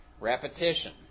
Repetition